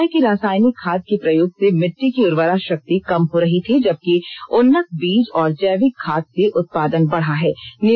उन्होंने बताया कि रासायनिक खाद के प्रयोग से मिट्टी की उर्वरा शक्ति कम हो रही थीं जबकि उन्नत बीज और जैविक खाद से उत्पादन बढ़ा है